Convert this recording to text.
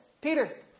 Peter